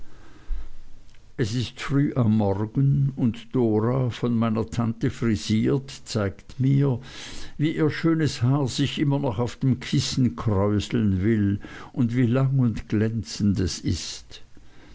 es ist früh am morgen und dora von meiner tante frisiert zeigt mir wie ihr schönes haar sich immer noch auf dem kissen kräuseln will und wie lang und glänzend es ist